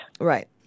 Right